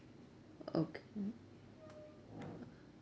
okay ah